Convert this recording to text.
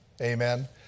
Amen